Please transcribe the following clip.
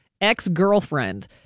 ex-girlfriend